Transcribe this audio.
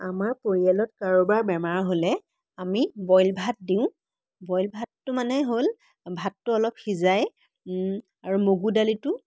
আমাৰ পৰিয়ালত কাৰোবাৰ বেমাৰ হ'লে আমি বইল ভাত দিওঁ বইল ভাতটো মানে হ'ল ভাতটো অলপ সিজাই আৰু মগু দালিটো